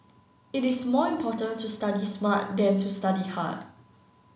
it is more important to study smart than to study hard